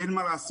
אין מה לעשות.